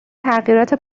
تغییرات